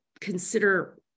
consider